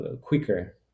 quicker